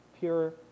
pure